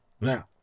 Now